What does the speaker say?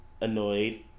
annoyed